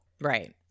Right